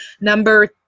Number